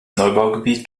neubaugebiet